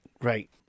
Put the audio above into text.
right